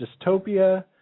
dystopia